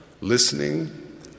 listening